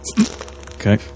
Okay